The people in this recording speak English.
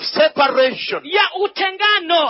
separation